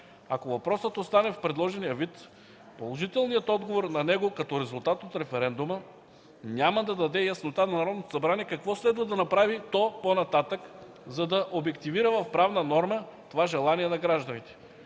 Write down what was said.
Ако въпросът остане в предложения вид, положителният отговор на него като резултат от референдума, няма да даде яснота на Народното събрание какво следва да направи то по-нататък, за да обективира в правна норма това желание на гражданите.